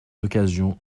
occasions